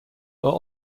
are